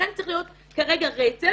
לכן צריך להיות כרגע רצף.